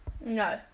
No